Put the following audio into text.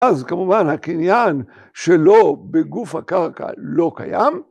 אז כמובן הקניין שלו בגוף הקרקע לא קיים.